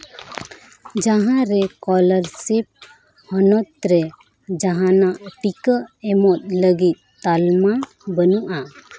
ᱡᱟᱦᱟᱸ ᱨᱮ ᱠᱚᱞᱟᱨᱥᱤᱯ ᱦᱚᱱᱚᱛ ᱨᱮ ᱡᱟᱦᱟᱸ ᱱᱟᱜ ᱴᱤᱠᱟᱹ ᱮᱢᱚᱜ ᱞᱟᱹᱜᱤᱫ ᱛᱟᱞᱢᱟ ᱵᱟᱹᱱᱩᱜᱼᱟ